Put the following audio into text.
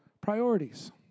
priorities